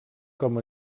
com